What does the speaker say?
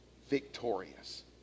victorious